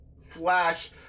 Flash